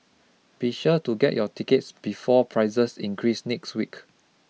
be sure to get your tickets before prices increase next week